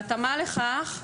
בהתאמה לכך,